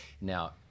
now